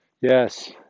yes